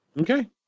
Okay